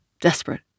desperate